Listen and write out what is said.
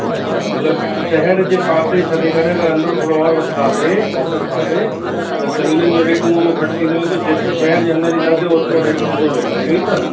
अच्छा मतलबु शहर जे पासे छॾे करे अगरि अंदरि थोरो और वधंदासी आउटर पासे त ज़मीननि जो रेट उअ उअ घटि थींदो वेंदो जेतिरो शहर जे अंदरि ईंदासीं ओतिरो रेट वधंदो वेंदो इहो ई त